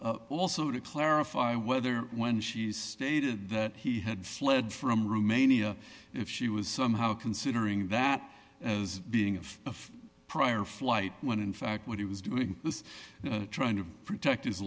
and also to clarify whether when she stated that he had fled from rumania if she was somehow considering that as being of prior flight when in fact what he was doing this trying to protect his